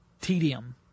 tedium